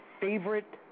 favorite